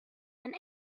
and